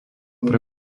pre